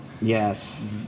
Yes